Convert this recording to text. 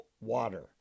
water